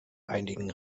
einigen